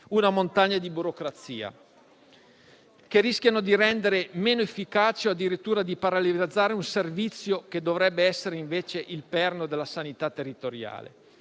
una montagna di burocrazia), che rischiano di rendere meno efficace o addirittura di paralizzare un servizio che dovrebbe essere invece il perno della sanità territoriale.